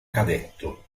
cadetto